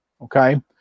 okay